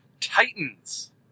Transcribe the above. Titans